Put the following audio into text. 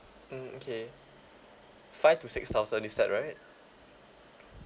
mm okay five to six thousand is that right